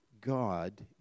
God